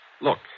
Look